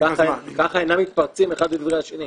כך אינם מתפרצים אחד לדברי השני.